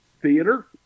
theater